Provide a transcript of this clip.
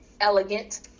elegant